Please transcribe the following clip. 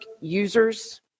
users